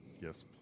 Yes